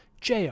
Jr